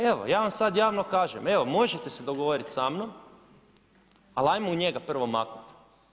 Evo ja vam sad javno kažem, evo možete se dogovoriti sa mnom, ali hajmo njega prvo maknuti.